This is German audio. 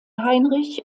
heinrich